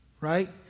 Right